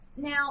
Now